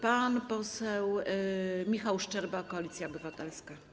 Pan poseł Michał Szczerba, Koalicja Obywatelska.